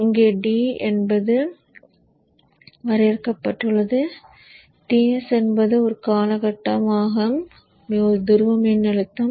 இப்போது d என்பது இங்கு வரையறுக்கப்பட்டுள்ளது Ts என்பது ஒரு காலகட்டமாகும் துருவ மின்னழுத்தம்